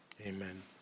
Amen